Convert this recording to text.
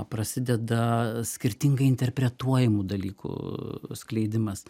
prasideda skirtingai interpretuojamų dalykų skleidimas